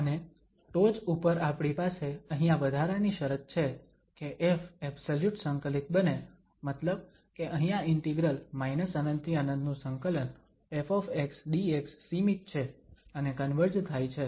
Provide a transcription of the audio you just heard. અને ટોચ ઉપર આપણી પાસે અહીંયા વધારાની શરત છે કે ƒ એબ્સલયુટ સંકલિત બને મતલબ કે અહીંયા ઇન્ટિગ્રલ ∞∫∞ ¿ƒ∨dx સીમિત છે અને કન્વર્જ થાય છે